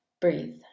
breathe